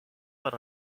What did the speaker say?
but